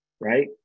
Right